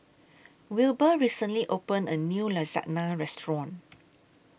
Wilbur recently opened A New Lasagna Restaurant